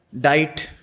diet